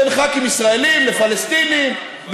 בין ח"כים ישראלים לפלסטינים,